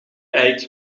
eik